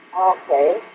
Okay